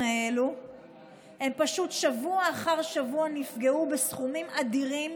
האלה הם פשוט שבוע אחר שבוע נפגעו בסכומים אדירים,